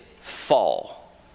fall